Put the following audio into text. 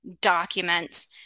documents